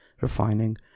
refining